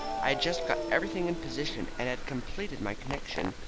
i had just got everything in position, and had completed my connection,